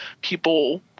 people